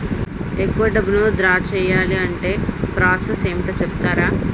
ఎక్కువ డబ్బును ద్రా చేయాలి అంటే ప్రాస సస్ ఏమిటో చెప్తారా?